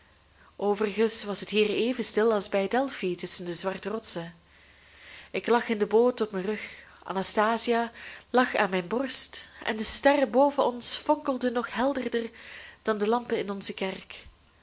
overigens was het hier even stil als bij delphi tusschen de zwarte rotsen ik lag in de boot op mijn rug anastasia lag aan mijn borst en de sterren boven ons fonkelden nog helderder dan de lampen in onze kerk